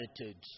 attitudes